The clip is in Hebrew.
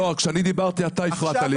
לא, כשאני דיברתי אתה הפרעת לי.